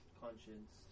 conscience